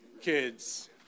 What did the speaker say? kids